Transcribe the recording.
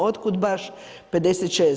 Otkud baš 56.